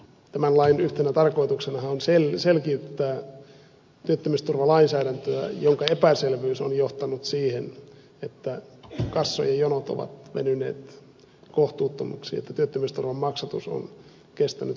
tämän lain yhtenä tarkoituksenahan on selkiyttää työttömyysturvalainsäädäntöä jonka epäselvyys on johtanut siihen että kassojen jonot ovat venyneet kohtuuttomiksi että työttömyysturvan maksatus on kestänyt kohtuuttoman kauan